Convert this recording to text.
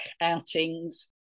outings